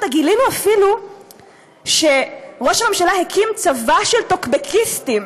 גילינו אפילו שראש המשלה הקים צבא של טוקבקיסטים